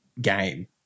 game